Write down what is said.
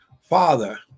Father